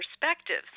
perspectives